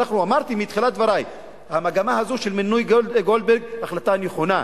אמרתי בתחילת דברי שהמגמה הזאת של מינוי גולדברג היא החלטה נכונה.